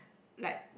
like